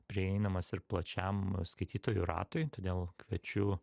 prieinamas ir plačiam skaitytojų ratui todėl kviečiu